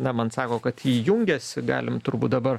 na man sako kad ji jungiasi galim turbūt dabar